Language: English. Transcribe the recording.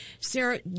Sarah